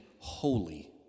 holy